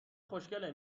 خوشکله